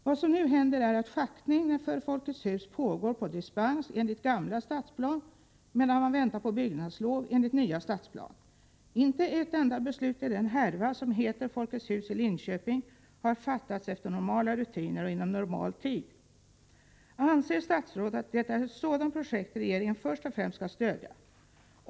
Vad som nu händer är att schaktning för byggande av Folkets hus pågår på dispens enligt den gamla stadsplanen, medan man väntar på byggnadslov enligt den nya stadsplanen. Inte ett enda beslut i den härva som heter Folkets hus i Linköping har fattats enligt normala rutiner och inom normal tid. Anser statsrådet att detta är ett sådant projekt som regeringen först och främst skall stödja?